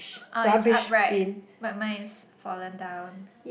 oh it's upright but mine is fallen down